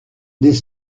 des